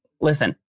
Listen